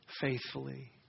Faithfully